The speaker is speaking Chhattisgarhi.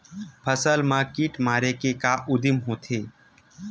फसल मा कीट मारे के का उदिम होथे?